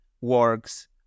works